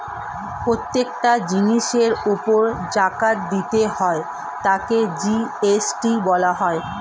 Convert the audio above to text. প্রত্যেকটা জিনিসের উপর জাকাত দিতে হয় তাকে জি.এস.টি বলা হয়